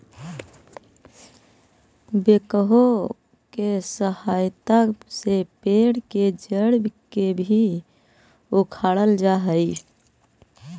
backhoe के सहायता से पेड़ के जड़ के भी उखाड़ल जा हई